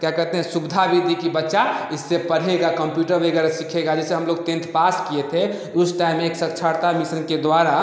क्या कहते हैं सुविधा भी दी कि बच्चा इससे पढ़ेगा कंप्यूटर वगैरह सीखेगा जैसे हम लोग टेन्थ पास किए थे उस टाइम एक साक्षरता मिसन के द्वारा